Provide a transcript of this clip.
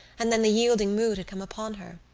and then the yielding mood had come upon her.